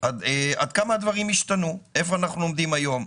עד כמה הדברים השתנו ואיפה אנחנו עומדים היום.